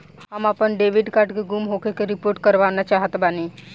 हम आपन debit card के गुम होखे के रिपोर्ट करवाना चाहत बानी